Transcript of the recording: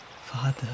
Father